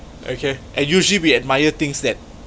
okay and usually we admire things that